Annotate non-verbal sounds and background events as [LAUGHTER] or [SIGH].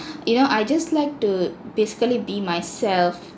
[BREATH] you know I just like to basically be myself